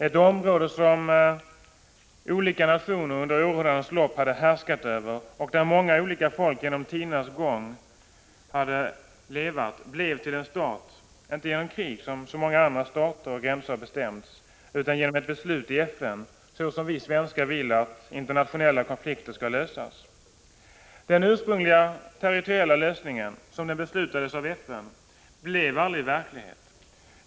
Ett område som olika nationer under århundradens lopp hade härskat över och där många olika folk genom tidernas gång hade levat blev till en stat, inte genom krig som så många andra stater, utan genom ett beslut i FN, såsom vi svenskar vill att internationella konflikter skall lösas. Den ursprungliga territoriella lösningen, som den beslutades av FN, blev aldrig verklighet.